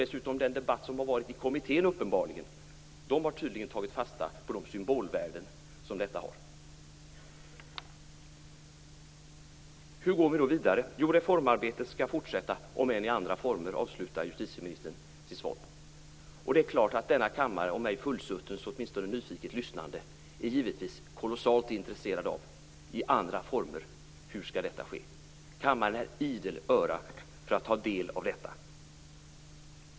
Dessutom har man i den debatt som uppenbarligen förts i kommittén tydligen tagit fasta på de symbolvärden som detta har. Hur går vi då vidare? Jo, reformarbetet skall fortsätta, om än i andra former, avslutar justitieministern sitt svar. Det är klart att denna kammare, om än ej fullsatt så åtminstone nyfiket lyssnande, givetvis är kolossalt intresserad av hur detta skall ske i andra former. Kammaren är idel öra att ta del av detta.